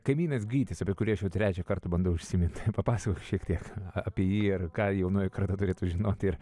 kaimynas gytis apie kurį aš jau trečią kartą bandau užsimint papasakok šiek tiek apie jį ir ką jaunoji karta turėtų žinoti ir